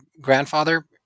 grandfather